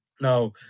Now